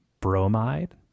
bromide